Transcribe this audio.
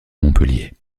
montpellier